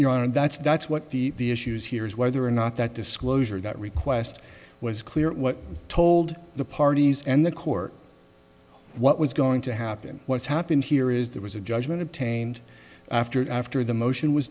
on and that's that's what the issues here is whether or not that disclosure that request was clear what told the parties and the court what was going to happen what's happened here is there was a judgment obtained after after the motion was